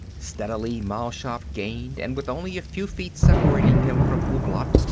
steadily mal shaff gained and with only a few feet separating him from ouglat,